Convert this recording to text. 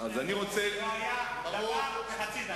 לא היה דבר וחצי דבר.